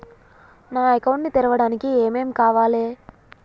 నా అకౌంట్ ని తెరవడానికి ఏం ఏం కావాలే?